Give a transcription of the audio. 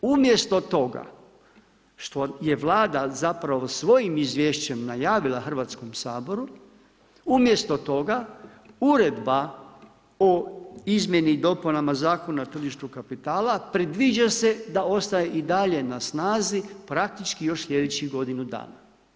Umjesto toga što je Vlada zapravo svojim izvješćem najavila Hrvatskom saboru, umjesto toga Uredba o izmjeni i dopunama Zakona o tržištu kapitala predviđa se da ostaje i dalje na snazi praktički još slijedećih godinu dana.